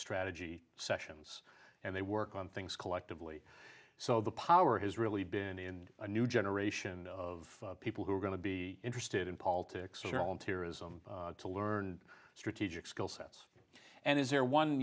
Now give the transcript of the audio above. strategy sessions and they work on things collectively so the power has really been in a new generation of people who are going to be interested in politics or old here is to learn and strategic skill sets and is there one